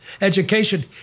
education